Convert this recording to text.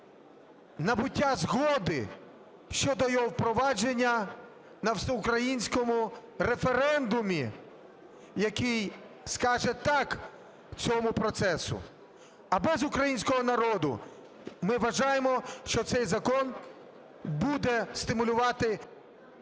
набуття згоди щодо його впровадження на всеукраїнському референдумі, який скаже "так" цьому процесу. А без українського народу ми вважаємо, що цей закон буде стимулювати…